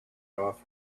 off